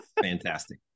fantastic